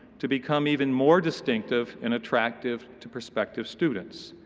to become even more distinctive and attractive to prospective students?